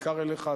ובעיקר אליך,